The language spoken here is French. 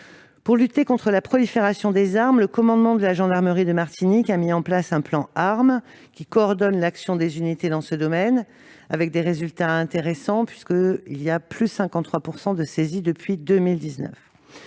Pour lutter contre la prolifération des armes, le commandement de la gendarmerie de Martinique a mis en place un plan « armes », qui coordonne l'action des unités dans ce domaine, avec des résultats intéressants : les saisies sont en hausse de 53 % depuis 2019.